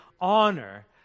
honor